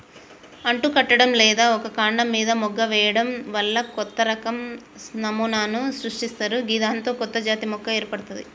అంటుకట్టడం లేదా ఒక కాండం మీన మొగ్గ వేయడం వల్ల కొత్తరకం నమూనాను సృష్టిస్తరు గిదాంతో కొత్తజాతి మొక్క ఏర్పడ్తది